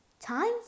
Time